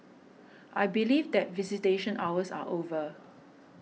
I believe that visitation hours are over